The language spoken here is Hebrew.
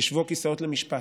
ישבו הכיסאות למשפט,